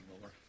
more